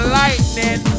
lightning